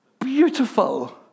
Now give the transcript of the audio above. beautiful